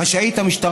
המשטרה רשאית,